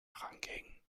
herangingen